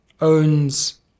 owns